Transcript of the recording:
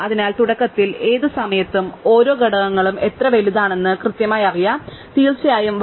അതിനാൽ തുടക്കത്തിൽ ഏത് സമയത്തും ഓരോ ഘടകങ്ങളും എത്ര വലുതാണെന്ന് ഞങ്ങൾക്ക് കൃത്യമായി അറിയാം തീർച്ചയായും വലുപ്പം 1 ആണ്